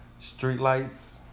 streetlights